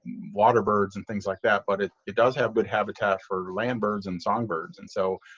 water birds and things like that. but it it does have good habitat for land birds and songbirds. and so